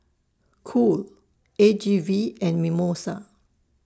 Cool A G V and Mimosa